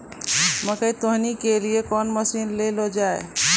मकई तो हनी के लिए कौन मसीन ले लो जाए?